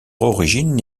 origine